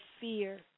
fear